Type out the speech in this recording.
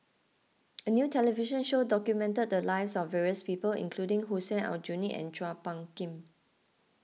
a new television show documented the lives of various people including Hussein Aljunied and Chua Phung Kim